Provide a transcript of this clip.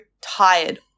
tired